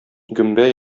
гөмбә